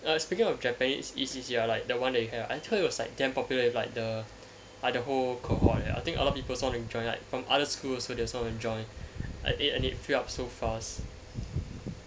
and speaking of japanese E_C_C ah like the one that you had ah I thought it was like damn popular with like the like the whole cohort uh I think a lot people also want to join like from other schools they also want to join and it and it filled up so fast